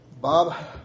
Bob